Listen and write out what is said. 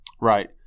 Right